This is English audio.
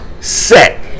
set